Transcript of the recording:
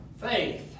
faith